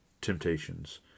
temptations